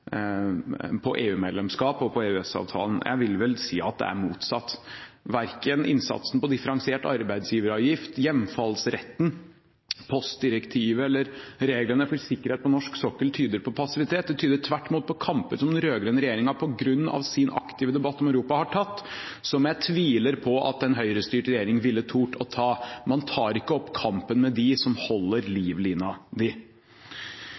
på EU-medlemskap og på EØS-avtalen. Jeg vil vel si at det er motsatt. Verken innsatsen på differensiert arbeidsgiveravgift, hjemfallsretten, postdirektivet eller reglene for sikkerhet på norsk sokkel tyder på passivitet. Det tyder tvert imot på kamper som den rød-grønne regjeringen på grunn av sin aktive debatt om Europa har tatt, og som jeg tviler på at en høyrestyrt regjering ville tort å ta. Man tar ikke opp kampen med dem som holder